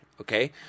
Okay